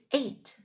eight